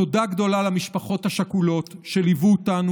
תודה גדולה למשפחות השכולות שליוו אותנו